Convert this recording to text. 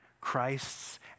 Christ's